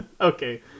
Okay